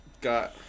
got